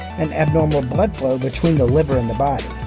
an abnormal blood flow between the liver and the body.